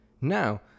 Now